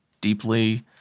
deeply